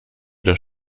das